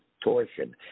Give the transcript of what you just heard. torsion